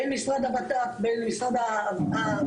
בין משרד הבט"פ לבין משרד הכלכלה,